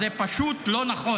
זה פשוט לא נכון.